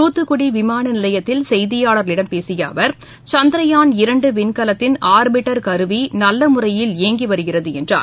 துத்துக்குடி விமான நிலையத்தில் செய்தியாளர்களிடம் பேசிய அவர் சந்திரயான் இரண்டு விண்கலத்தின் ஆர்பிட்டர் கருவி நல்ல முறையில் இயங்கி வருகிறது என்றார்